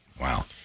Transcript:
Wow